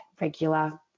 regular